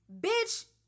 Bitch